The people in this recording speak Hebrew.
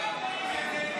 ההצעה להעביר